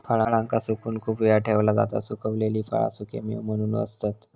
फळांका सुकवून खूप वेळ ठेवला जाता सुखवलेली फळा सुखेमेवे म्हणून असतत